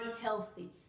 healthy